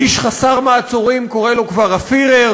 איש חסר מעצורים קורא לו כבר "הפיהרר".